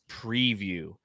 preview